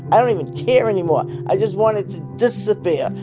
i don't even care anymore i just want it to disappear,